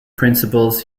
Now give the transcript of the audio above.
principles